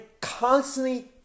constantly